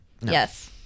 Yes